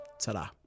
Ta-da